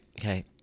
Okay